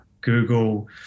Google